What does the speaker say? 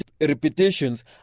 repetitions